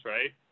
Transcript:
Right